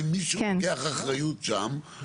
האם מישהו לוקח אחריות שם,